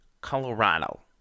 Colorado